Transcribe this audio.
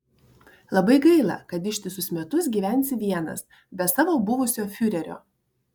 labai gaila kad ištisus metus gyvensi vienas be savo buvusio fiurerio